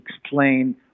explain